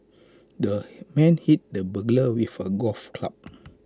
the man hit the burglar with A golf club